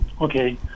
Okay